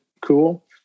cool